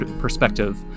perspective